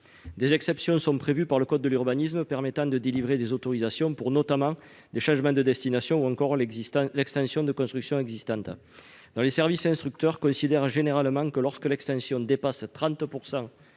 Des exceptions prévues dans le code de l'urbanisme permettent de délivrer des autorisations, notamment pour des « changements de destination » ou une « extension des constructions existantes ». Les services instructeurs considèrent généralement que, lorsque l'extension dépasse 30